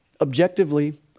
objectively